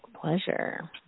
Pleasure